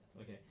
okay